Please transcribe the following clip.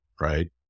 Right